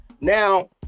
Now